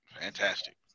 Fantastic